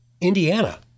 Indiana